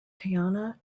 teyana